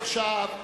עכשיו,